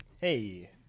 Hey